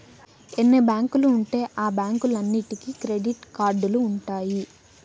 ఎన్ని బ్యాంకులు ఉంటే ఆ బ్యాంకులన్నీటికి క్రెడిట్ కార్డులు ఉంటాయి